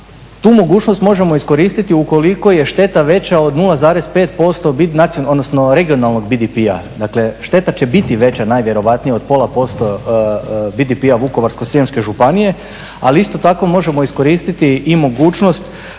tu mogućnost možemo iskoristiti ukoliko je šteta veća od 0,5% regionalnog BDP-a, dakle šteta će biti veća najvjerojatnije od pola posto BDP-a Vukovarsko-srijemske županije ali isto tako možemo iskoristiti i mogućnost